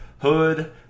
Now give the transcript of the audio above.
hood